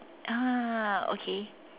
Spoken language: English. ah okay